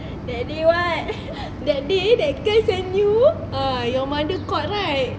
that day what that day that guy send you ah your mother caught right